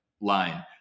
line